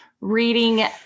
reading